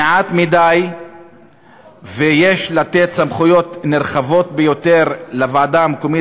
חברי חברי הכנסת, מדובר בהצעה לתקן את חוק התכנון